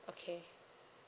okay